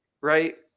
right